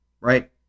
right